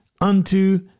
unto